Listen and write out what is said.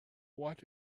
what